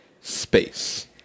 space